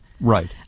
Right